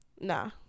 Nah